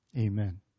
Amen